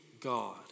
God